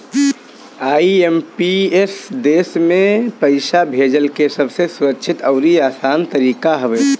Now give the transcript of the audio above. IMPS देस भर में पईसा भेजला के सबसे सुरक्षित अउरी आसान तरीका हवे